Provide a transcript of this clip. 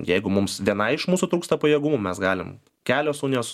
jeigu mums vienai iš mūsų trūksta pajėgumų mes galim kelios unijos